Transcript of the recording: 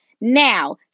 now